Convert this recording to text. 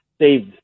saved